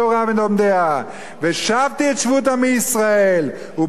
"ושבתי את שבות עמי ישראל ובנו ערים,